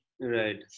Right